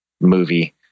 movie